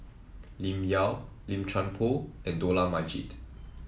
Lim Yau Lim Chuan Poh and Dollah Majid